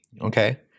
okay